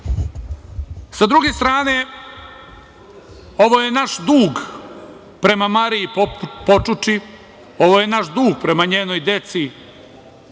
druge strane, ovo je naš dug prema Mariji Počuči, ovo je naš dug prema njenoj deci